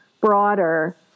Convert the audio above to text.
broader